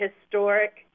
historic